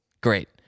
great